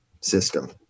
system